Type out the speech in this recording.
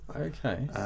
Okay